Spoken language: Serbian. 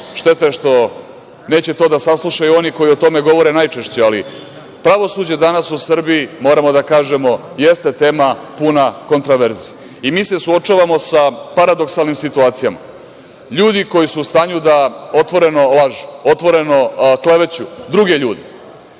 Šteta je što neće to da saslušaju oni koji o tome govore najčešće, ali pravosuđe danas u Srbiji, moramo da kažemo, jeste tema puna kontroverzi i mi se suočavamo sa paradoksalnim situacijama. LJudi koji su u stanju da otvoreno lažu, otvoreno kleveću druge ljude,